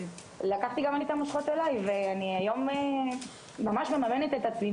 לקחתי גם אני את המושכות אליי והיום אני ממש מממנת את עצמי,